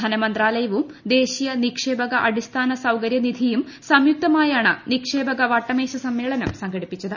ധന്മന്ത്രാലയവും ദേശീയ നിക്ഷേപക അടിസ്ഥാന സ്ഷകര്യനിധിയും സംയുക്തമായാണ് നിക്ഷേപക വട്ടമേശ സ്പൂമ്മേള്നം സംഘടിപ്പിച്ചത്